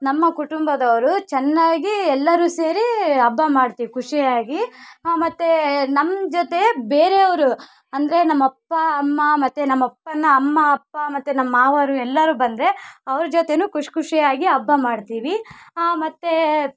ನಮ್ಮ ಕುಟುಂಬದವರು ಚೆನ್ನಾಗಿ ಎಲ್ಲರೂ ಸೇರಿ ಹಬ್ಬ ಮಾಡ್ತೀವಿ ಖುಷಿಯಾಗಿ ಆ ಮತ್ತು ನಮ್ಮ ಜೊತೆ ಬೇರೆಯವರು ಅಂದರೆ ನಮ್ಮ ಅಪ್ಪ ಅಮ್ಮ ಮತ್ತು ನಮ್ಮ ಅಪ್ಪನ ಅಮ್ಮ ಅಪ್ಪ ಮತ್ತು ನಮ್ಮ ಮಾವರು ಎಲ್ಲರೂ ಬಂದರೆ ಅವ್ರ ಜೊತೇನೂ ಖುಷಿ ಖುಷಿಯಾಗಿ ಹಬ್ಬ ಮಾಡ್ತೀವಿ ಆ ಮತ್ತು